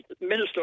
minister